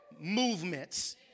movements